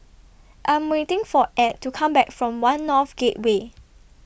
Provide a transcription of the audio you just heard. I Am waiting For Add to Come Back from one North Gateway